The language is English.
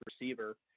receiver